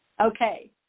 Okay